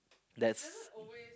that's